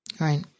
right